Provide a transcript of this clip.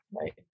right